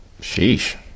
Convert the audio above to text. Sheesh